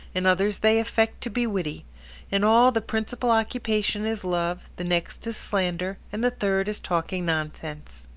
in others they affect to be witty in all, the principal occupation is love, the next is slander, and the third is talking nonsense.